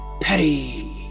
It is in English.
Petty